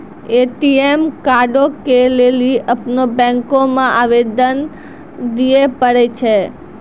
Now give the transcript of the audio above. ATM कार्डो के लेली अपनो बैंको मे आवेदन दिये पड़ै छै